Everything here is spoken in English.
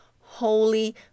holy